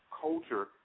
Culture